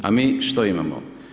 A mi što imamo?